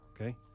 okay